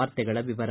ವಾರ್ತೆಗಳ ವಿವರ